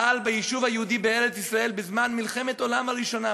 פעל ביישוב היהודי בארץ-ישראל בזמן מלחמת העולם הראשונה,